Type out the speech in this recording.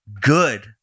good